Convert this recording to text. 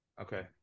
Okay